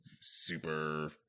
super